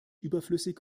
überflüssig